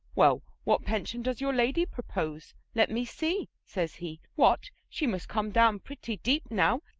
well, what pension does your lady propose? let me see, says he, what, she must come down pretty deep now,